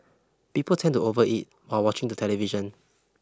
people tend to overeat while watching the television